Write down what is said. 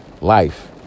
life